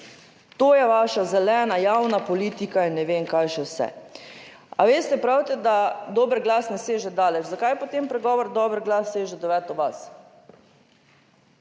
to je vaša zelena javna politika in ne vem kaj še vse. Veste, pravite, da dober glas ne seže daleč. Zakaj potem pregovor dober glas seže v deveto vas?